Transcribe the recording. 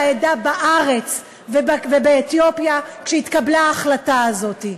העדה בארץ ובאתיופיה כשהתקבלה ההחלטה הזאת.